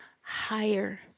higher